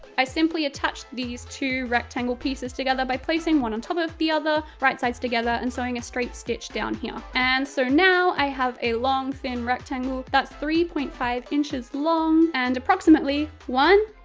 i simply attached these two rectangle pieces together together by placing one on top of the other, right sides together, and sewing a straight stitch down here. and so now i have a long, thin rectangle, that's three point five inches long and approximately one.